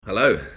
Hello